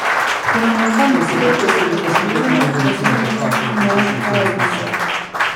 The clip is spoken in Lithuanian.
chromosomų skaičiaus padidėjimas vadinamas aneuploidija